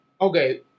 okay